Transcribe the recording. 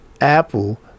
apple